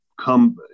come